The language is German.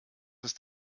ist